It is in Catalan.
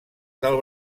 del